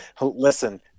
listen